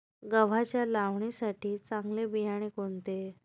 गव्हाच्या लावणीसाठी चांगले बियाणे कोणते?